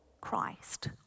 Christ